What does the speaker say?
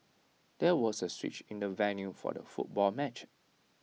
there was A switch in the venue for the football match